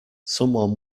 someone